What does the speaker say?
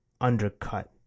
undercut